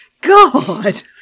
God